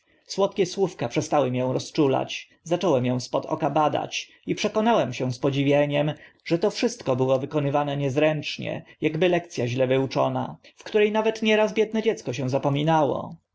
słodkie słówka przestały mię rozczulać zacząłem ą spod oka badać i przekonałem się z podziwieniem że to wszystko było wykonywane niezręcznie akby lekc a źle wyuczona w które nawet nieraz biedne dziecko się zapominało